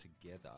together